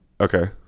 Okay